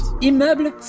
Immeuble